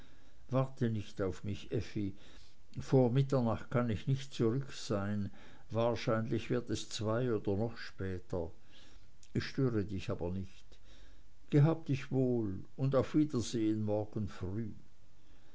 warte nicht auf mich effi vor mitternacht kann ich nicht zurück sein wahrscheinlich wird es zwei oder noch später ich störe dich aber nicht gehab dich wohl und auf wiedersehen morgen früh